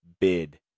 bid